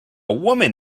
woman